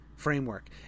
framework